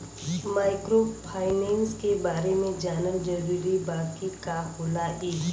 Microfinance के बारे में जानल जरूरी बा की का होला ई?